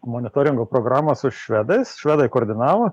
monitoringo programą su švedais švedai koordinavo